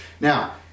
Now